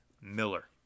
Miller